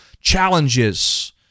challenges